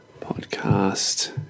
podcast